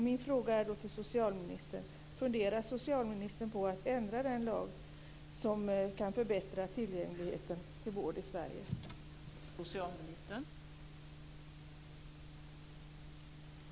Min fråga är då till socialministern: Funderar socialministern på att ändra lagen så att tillgängligheten till vård i Sverige kan förbättras?